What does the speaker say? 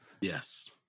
Yes